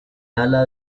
ala